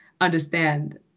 understand